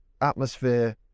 atmosphere